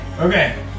Okay